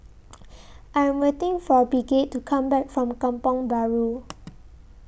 I Am waiting For Bridgett to Come Back from Kampong Bahru